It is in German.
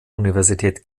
universität